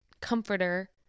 comforter